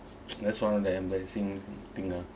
that's one of the embarrassing thing lah